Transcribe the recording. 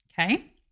Okay